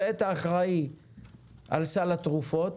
ואת האחראי על סל התרופות,